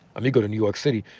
um you go to new york city,